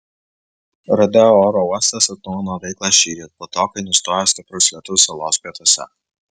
rodeo oro uostas atnaujino veiklą šįryt po to kai nustojo stiprus lietus salos pietuose